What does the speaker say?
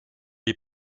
est